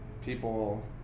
people